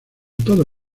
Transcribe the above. toda